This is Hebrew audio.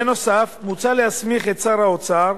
בנוסף, מוצע להסמיך את שר האוצר,